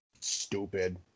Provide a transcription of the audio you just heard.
stupid